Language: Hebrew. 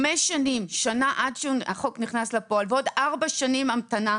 5 שנים עד שהחוק נכנס לפועל ועוד 4 שנים המתנה,